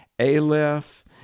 Aleph